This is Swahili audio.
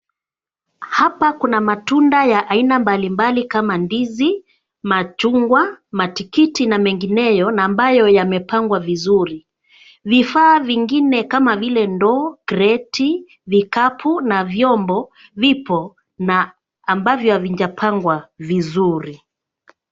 Hapa kuna matunda ya aina mbali mbali kama: ndizi, machungwa, matikiti na mengineyo na ambayo yamepangwa vizuri. Vifaa vingine kama vile: ndoo, kreti, vikapu na vyombo vipo na ambavyo havijapangwa vizuri.